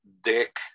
Dick